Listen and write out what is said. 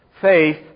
faith